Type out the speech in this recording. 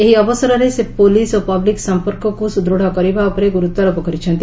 ଏହି ଅବସୁରେ ସେ ପୋଲିସ୍ ଓ ପବ୍ଲିକ୍ ସମ୍ପର୍କକୁ ସୁଦୃତ୍ କରିବା ଉପରେ ଗୁରୁତ୍ୱାରୋପ କରିଛନ୍ତି